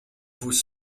vous